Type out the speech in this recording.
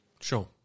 Sure